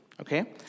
okay